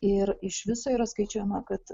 ir iš viso yra skaičiuojama kad